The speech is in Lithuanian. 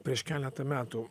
prieš keletą metų